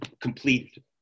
completed